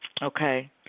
Okay